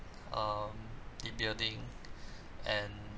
um the building and